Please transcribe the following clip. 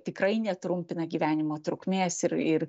tikrai netrumpina gyvenimo trukmės ir ir